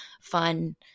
fun